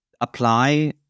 apply